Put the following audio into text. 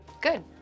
Good